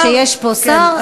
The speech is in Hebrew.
שיש פה שר.